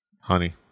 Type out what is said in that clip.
Honey